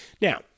Now